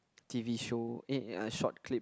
t_v show eh ah short clip